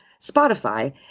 Spotify